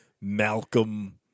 Malcolm